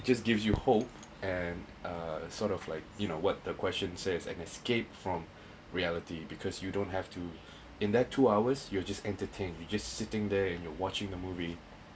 just gives you hope and uh sort of like you know what the question says an escape from reality because you don't have to in that two hours you just entertain you just sitting there and you're watching the movie